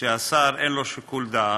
שלשר אין שיקול דעת,